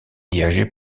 dirigé